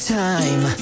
time